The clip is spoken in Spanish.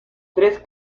tres